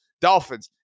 Dolphins